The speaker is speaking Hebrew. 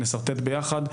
נשרטט ביחד,